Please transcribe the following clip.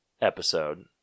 episode